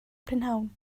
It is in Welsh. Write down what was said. prynhawn